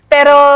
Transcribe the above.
Pero